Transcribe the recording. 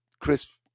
Chris